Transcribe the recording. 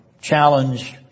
challenge